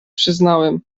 przyznałem